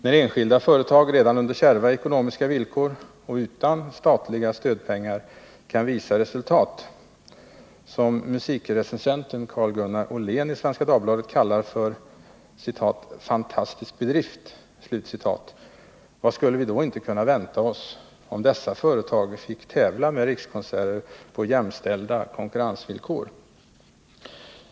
När enskilda företag redan under kärva ekonomiska villkor och utan statliga stödpengar kan visa resultat, som musikrecensenten Carl-Gunnar Åhlén i Svenska Dagbladet kallar för ”fantastisk bedrift” — vad skulle vi då inte kunna vänta oss, om dessa företag fick tävla med Rikskonserter på jämställda konkurrensvillkor?